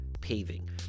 paving